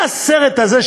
מה הסרט הזה,